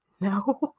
No